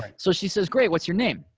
so she says, great, what's your name?